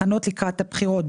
הכנות לקראת הבחירות,